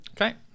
Okay